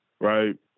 right